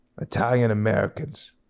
Italian-Americans